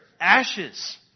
ashes